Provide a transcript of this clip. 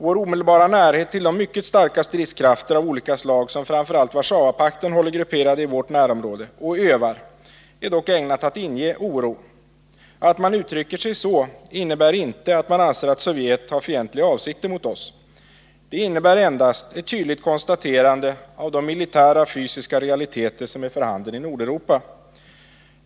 Vår omedelbara närhet till de mycket starka stridskrafter av olika slag som framför allt Warszawapakten håller grupperade och övar i vårt närområde är dock ägnad att inge oro. Att man uttrycker sig så innebär emellertid inte att man anser att Sovjet har fientliga avsikter mot oss; det innebär endast ett kyligt konstaterande av de militära fysiska realiteter som är för handen i Nordeuropa.